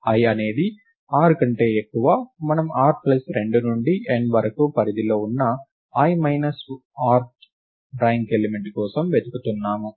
i అనేది r కంటే ఎక్కువ మనము r ప్లస్ 2 నుండి n వరకు పరిధిలో ఉన్న i minus rth rank element కోసం వెతుకుతున్నాము